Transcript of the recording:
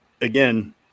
again